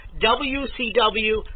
WCW